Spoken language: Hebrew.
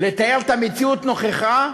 לתאר את המציאות נכוחה,